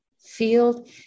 field